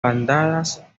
bandadas